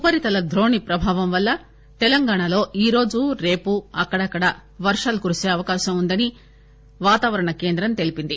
ఉపరితల ద్రోణి ప్రభావం వల్ల తెలంగాణాలో ఈరోజు రేపు అక్కడక్కడ వర్షాలు పడేఅవకాశం ఉందని వాతావరణ కేంద్రం తెలిపింది